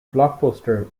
blockbuster